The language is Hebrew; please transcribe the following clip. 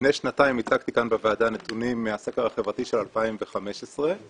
לפני שנתיים הצגתי כאן בוועדה נתונים מהסקר החברתי של 2015 ועכשיו